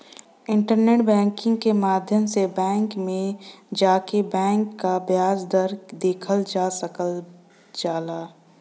internet banking क माध्यम से बैंक में जाके बैंक क ब्याज दर देखल जा सकल जाला